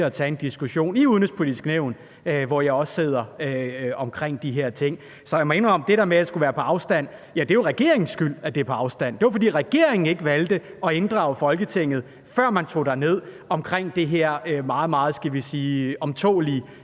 at tage en diskussion i Det Udenrigspolitiske Nævn, hvor jeg også sidder, omkring de her ting. Så jeg må sige, at det der med, at det er på afstand, jo er regeringens skyld. Det var, fordi regeringen ikke valgte at inddrage Folketinget, før man tog derned, i det her meget, meget – skal vi sige – ømtålelige